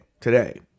today